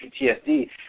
PTSD